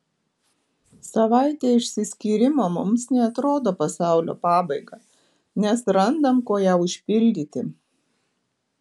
savaitė išsiskyrimo mums neatrodo pasaulio pabaiga nes randam kuo ją užpildyti